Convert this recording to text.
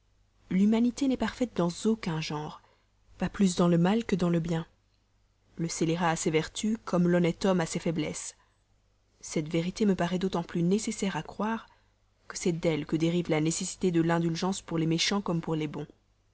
l'humanité n'est parfaite dans aucun genre pas plus dans le mal que dans le bien le scélérat a ses vertus comme l'honnête homme ses faiblesses cette vérité me paraît d'autant plus nécessaire à croire que c'est d'elle que dérive la nécessité de l'indulgence pour les méchants comme pour les bons